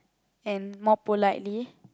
and more politely